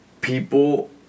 people